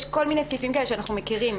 יש כל מיני סעיפים כאלה שאנחנו מכירים.